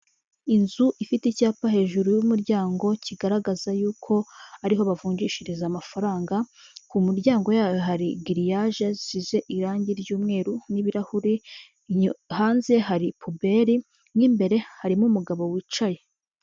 Inzu ifite icyapa hejuru y'umuryango kigaragaza y'uko ariho bavungishiriza amafaranga, ku muryango yayo hari giriyaje zisize irange ry'umweru n'ibirahuri, hanze hari puberi, mu imbere harimo umugabo wicaye.